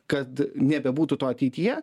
kad nebebūtų to ateityje